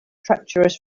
treacherous